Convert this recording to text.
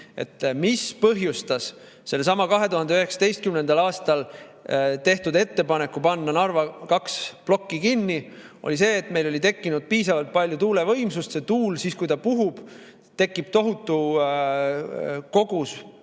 Mis põhjustas sellesama 2019. aastal tehtud ettepaneku panna Narva kaks plokki kinni, oli see, et meil oli tekkinud piisavalt palju tuulevõimsust. Siis kui tuul puhub, tekib tohutu kogus